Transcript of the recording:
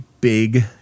big